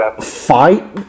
Fight